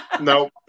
no